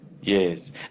yes